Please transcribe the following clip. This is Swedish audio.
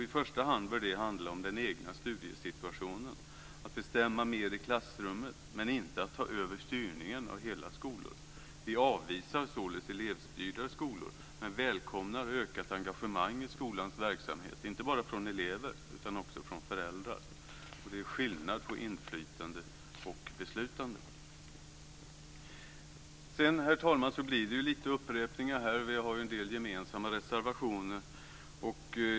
I första hand bör det handla om den egna studiesituationen, om att bestämma mer i klassrummet men inte om att ta över styrningen av hela skolor. Vi avvisar således elevstyrda skolor men välkomnar ökat engagemang i skolans verksamhet, inte bara från elever utan också från föräldrar. Det är skillnad på inflytande och beslutande. Herr talman! Det blir lite av upprepningar här, och vi har en del gemensamma reservationer.